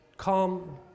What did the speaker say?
Calm